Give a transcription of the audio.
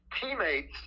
teammates